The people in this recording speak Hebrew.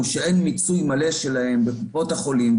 שאין מיצוי מלא שלהן בקופות החולים,